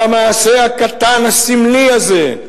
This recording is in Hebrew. והמעשה הקטן, הסמלי הזה,